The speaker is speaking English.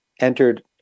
entered